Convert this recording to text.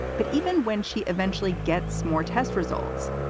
but even when she eventually gets more test results,